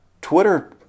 Twitter